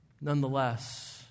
nonetheless